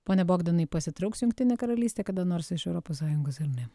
pone bogdanai pasitrauks jungtinė karalystė kada nors iš europos sąjungos ar ne